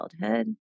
childhood